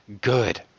good